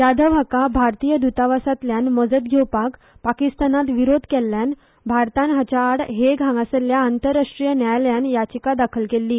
जाधव हाका भारतीय द्रतावासातल्यान मजत घेवपाक पाकिस्तानान विरोध केल्ल्यान भारतान हाच्या आड हेग हांगासल्या आंतरराष्ट्रीय न्यायालयात याचिका दाखल केल्ली